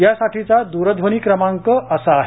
यासाठीचा द्रध्वनी क्रमांक असा आले